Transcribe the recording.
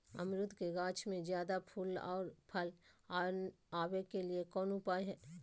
अमरूद के गाछ में ज्यादा फुल और फल आबे के लिए कौन उपाय है?